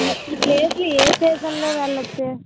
ఈ ప్లేస్లు ఏ సీజన్లో వెళ్ళ వచ్చు